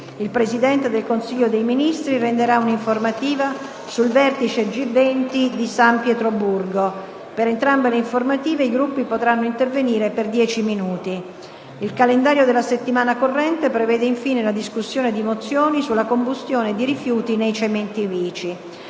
il Presidente del Consiglio dei ministri renderà un'informativa sul vertice G20 di San Pietroburgo. Per entrambe le informative i Gruppi potranno intervenire per dieci minuti. Il calendario della settimana corrente prevede infine la discussione di mozioni sulla combustione di rifiuti nei cementifici.